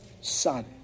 son